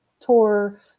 tour